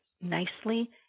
nicely